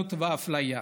גזענות ואפליה.